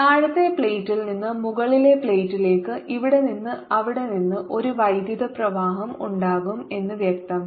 താഴത്തെ പ്ലേറ്റിൽ നിന്ന് മുകളിലെ പ്ലേറ്റിലേക്ക് ഇവിടെ നിന്ന് അവിടെ നിന്ന് ഒരു വൈദ്യുത പ്രവാഹം ഉണ്ടാകും എന്ന് വ്യക്തം